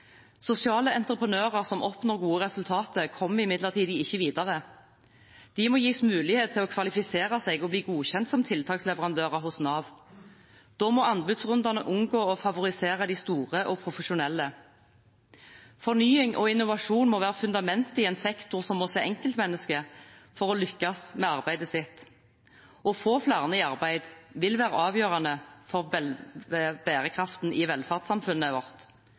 Sosiale entreprenører som oppnår gode resultater, kommer imidlertid ikke videre. De må gis mulighet til å kvalifisere seg og bli godkjent som tiltaksleverandører hos Nav. Da må anbudsrundene unngå å favorisere de store og profesjonelle. Fornying og innovasjon må være fundamentet i en sektor som må se enkeltmennesket for å lykkes med arbeidet sitt. Å få flere i arbeid vil være avgjørende for bærekraften i velferdssamfunnet vårt.